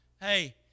hey